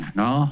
no